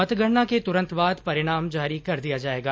मतगणना के तुरंत बाद परिणाम जारी कर दिया जायेगा